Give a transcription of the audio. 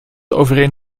overeen